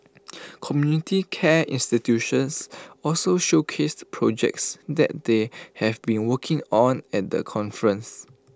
community care institutions also showcased projects that they have been working on at the conference